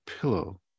pillow